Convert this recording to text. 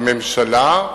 הממשלה,